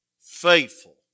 faithful